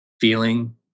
feeling